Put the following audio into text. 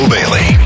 Bailey